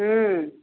हुँ